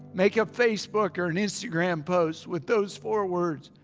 make a facebook or an instagram post with those four words.